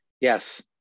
Yes